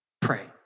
Pray